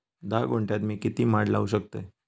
धा गुंठयात मी किती माड लावू शकतय?